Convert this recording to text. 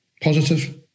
positive